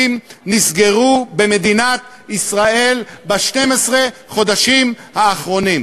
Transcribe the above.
נסגרו במדינת ישראל ב-12 החודשים האחרונים.